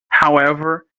however